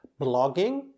blogging